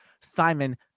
Simon